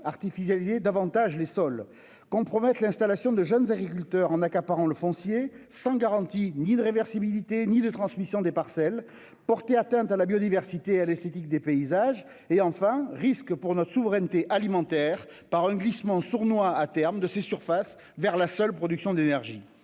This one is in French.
artificialiser davantage les sols, compromettre l'installation de jeunes agriculteurs en accaparant le foncier, sans garantie de réversibilité ni de transmission des parcelles, porter atteinte à la biodiversité et à l'esthétique des paysages ; enfin, elle pourrait fragiliser notre souveraineté alimentaire par un glissement sournois, à terme, de ces surfaces vers la seule production d'énergie.